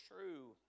true